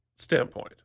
standpoint